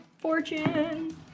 fortune